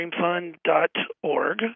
dreamfund.org